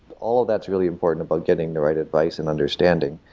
all of that is really important about getting the right advice and understanding.